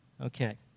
Okay